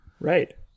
Right